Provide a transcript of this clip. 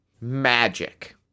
magic